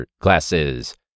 classes